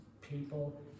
people